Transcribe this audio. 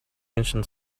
ancient